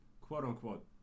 quote-unquote